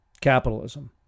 capitalism